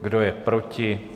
Kdo je proti?